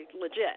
legit